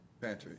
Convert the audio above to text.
Patrick